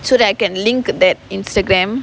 so that I can link that Instagram